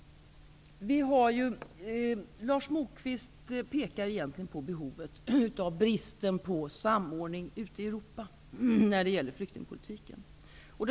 Lars Moquist pekar egentligen på behovet av bristen på samordning av flyktingpolitiken i Europa.